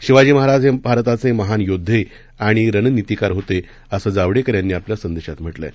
शिवाजी महाराज हे भारताचे महान योद्धे आणि रणनितीकार होते असं जावडेकर यांनी आपल्या संदेशात म्हटलं आहे